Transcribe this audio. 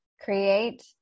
Create